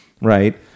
Right